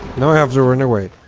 now i have to run away.